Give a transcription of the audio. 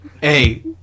Hey